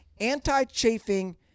anti-chafing